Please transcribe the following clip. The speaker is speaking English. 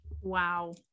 Wow